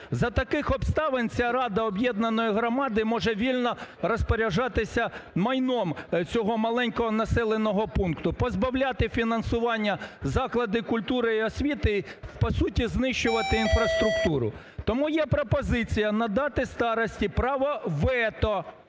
За таких обставин ця рада об'єднаної громади може вільно розпоряджатися майном цього маленького населеного пункту, позбавляти фінансування заклади культури і освіти, по суті, знищувати інфраструктуру. Тому є пропозиція надати старості право вето